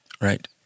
Right